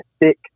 thick